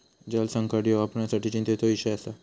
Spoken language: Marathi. जलसंकट ह्यो आपणासाठी चिंतेचो इषय आसा